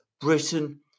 Britain